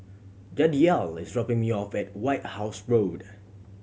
Jadiel is dropping me off at White House Road